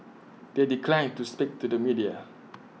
they declined to speak to the media